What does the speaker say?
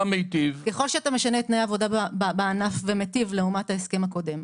ככל שאתה משנה את תנאי העבודה בענף ומיטיב לעומת ההסכם הקודם,